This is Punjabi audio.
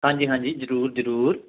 ਹਾਂਜੀ ਹਾਂਜੀ ਜ਼ਰੂਰ ਜ਼ਰੂਰ